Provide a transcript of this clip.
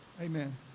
Amen